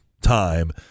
time